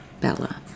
Bella